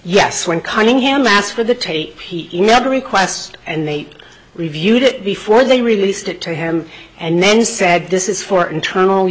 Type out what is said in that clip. yes when conning him asked for the tape he never requested and they reviewed it before they released it to him and then said this is for internal